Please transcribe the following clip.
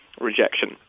rejection